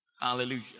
Hallelujah